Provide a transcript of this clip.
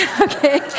Okay